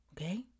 Okay